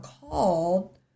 called